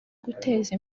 guteza